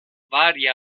varia